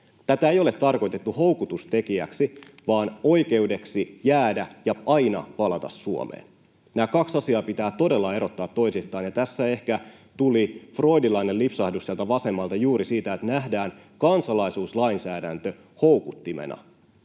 Tätä ei ole tarkoitettu houkutustekijäksi vaan oikeudeksi jäädä ja aina palata Suomeen. Nämä kaksi asiaa pitää todella erottaa toisistaan. Ja tässä ehkä tuli freudilainen lipsahdus sieltä vasemmalta juuri siitä, että nähdään kansalaisuuslainsäädäntö houkuttimena.